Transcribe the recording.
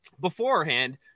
beforehand